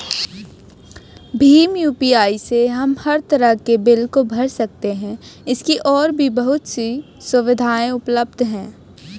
Bhim UPI से हम हर तरह के बिल को भर सकते है, इसकी और भी बहुत सी सुविधाएं उपलब्ध है